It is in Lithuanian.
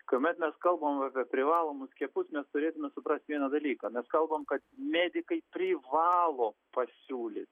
kuomet mes kalbam apie privalomus skiepus mes turėtume suprast vieną dalyką bet kalbam kad medikai privalo pasiūlyt